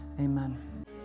amen